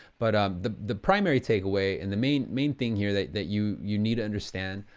but um the the primary takeaway, and the main main thing here that that you you need to understand,